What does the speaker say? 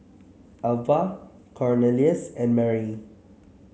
Alvah Cornelius and Marry